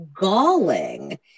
galling